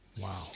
Wow